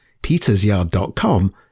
petersyard.com